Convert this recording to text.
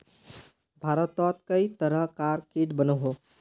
भारतोत कई तरह कार कीट बनोह